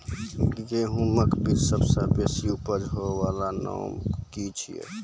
गेहूँमक बीज सबसे बेसी उपज होय वालाक नाम की छियै?